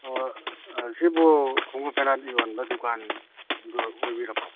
ꯑꯣ ꯁꯤꯕꯨ ꯈꯣꯡꯎꯞ ꯐꯦꯅꯥꯠ ꯌꯣꯟꯕ ꯗꯨꯀꯥꯟꯗꯨ ꯑꯣꯏꯕꯤꯔꯕꯣ